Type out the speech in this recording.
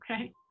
Okay